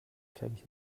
cases